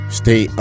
stay